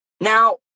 Now